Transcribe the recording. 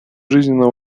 жизненно